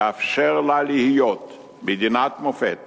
יאפשר לה להיות מדינת מופת